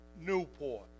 Newport